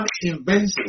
invention